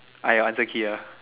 I your answer key ah